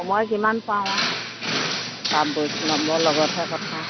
সময় কিমান পাওঁ বাপ বৈষ্ণৱৰ লগতহে কথা